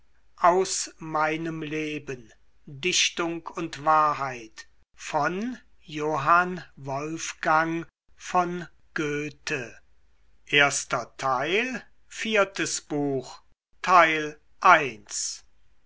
aus meinem leben dichtung und wahrheit erster